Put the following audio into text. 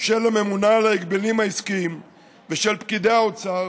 של הממונה על ההגבלים העסקיים ושל פקידי האוצר